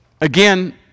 again